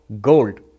gold